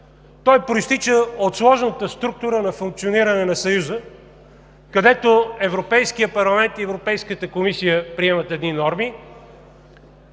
Той произтича от сложната структура на функциониране на Съюза, където Европейският парламент и Европейската комисия приемат едни норми